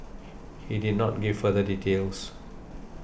he did not give further details